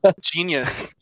Genius